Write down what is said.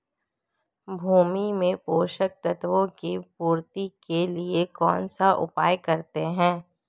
भूमि में पोषक तत्वों की पूर्ति के लिए कौनसा उपाय करते हैं?